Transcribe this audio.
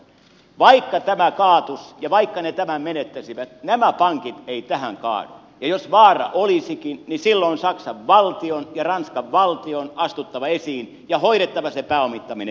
vaikka tämä kaatuisi ja vaikka ne tämän menettäisivät nämä pankit eivät tähän kaadu ja jos vaara olisikin niin silloin olisi saksan valtion ja ranskan valtion astuttava esiin ja hoidettava se pääomittaminen